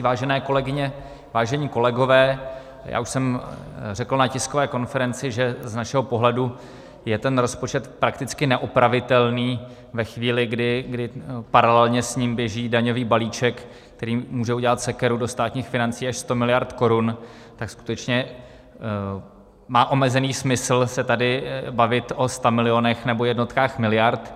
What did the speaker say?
Vážené kolegyně, vážení kolegové, já už jsem řekl na tiskové konferenci, že z našeho pohledu je ten rozpočet prakticky neopravitelný ve chvíli, kdy paralelně s ním běží daňový balíček, který může udělat sekeru do státních financí až 100 mld. korun, tak skutečně má omezený smysl se tady bavit o stamiliónech nebo jednotkách miliard.